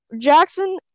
Jackson